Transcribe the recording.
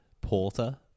Porter